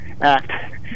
Act